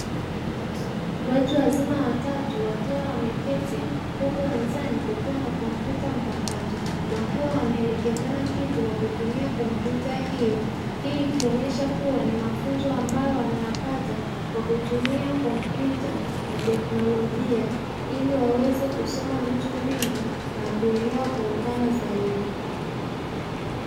Watu wazima watatu wakiwa wameketi, huku mezani kukiwa na kompyuta mpakato, wakiwa wanaelekezana kitu kwa kutumia kompyuta hiyo. Hii ikionesha kuwa ni mafunzo ambayo wanayapata kwa kutumia kompyuta na teknolojia, ili waweze kusoma vitu vingi, na kuelewa kwa upana zaidi.